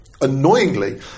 annoyingly